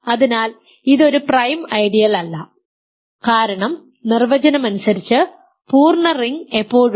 അതിനാൽ ഇത് ഒരു പ്രൈം ഐഡിയൽ അല്ല കാരണം നിർവചനമനുസരിച്ച് പൂർണ്ണ റിംഗ് എപ്പോഴും